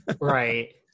right